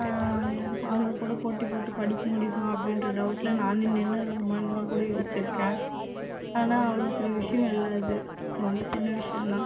அவங்க கூட போட்டி போட்டு படிக்க முடியுமா அப்படின்ற டவுட்டில் நான் நின்றுறலாமான்னு கூட யோசித்திருக்கேன் ஆனால் அவ்வளோ பெரிய விஷயம் இல்லை அது ரொம்ப சின்ன விஷயம் தான்